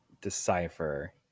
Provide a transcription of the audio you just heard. decipher